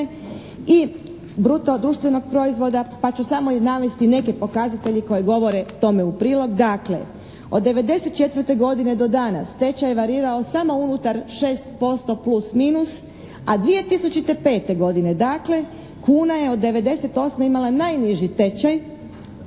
i bruto društvenog proizvoda, pa ću samo navesti neke pokazatelje koji govore tome u prilog. Dakle, od '94. godine do danas tečaj je varirao samo unutar 6% plus minus a 2005. godine dakle kuna je od '98. imala najniži tečaj